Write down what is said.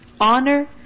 honor